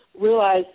realize